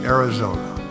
Arizona